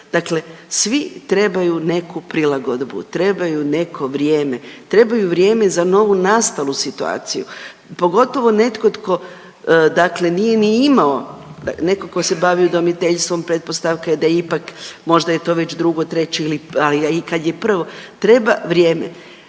Dakle svi trebaju neku prilagodbu, trebaju neko vrijeme, trebaju vrijeme za novonastalu situaciju, pogotovo netko tko dakle nije ni imao, netko tko se bavi udomiteljstvom, pretpostavka je da ipak možda je to već drugo, treće, ili, a i kad je prvo, treba vrijeme.